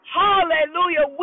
hallelujah